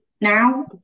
now